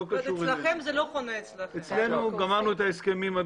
זה לא נתפס, זה היה מתקן השעשועים הראשון.